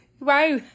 Wow